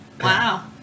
Wow